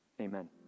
Amen